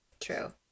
True